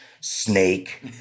Snake